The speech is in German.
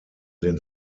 den